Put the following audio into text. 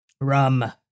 Rum